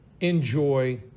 enjoy